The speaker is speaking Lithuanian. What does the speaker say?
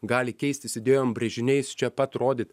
gali keistis idėjom brėžiniais čia pat rodyt